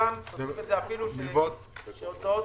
גם הוצאות